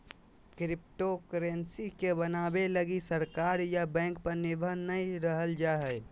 cryptocurrency के बनाबे लगी सरकार या बैंक पर निर्भर नय रहल जा हइ